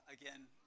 Again